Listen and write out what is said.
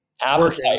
appetite